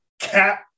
cat